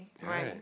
Right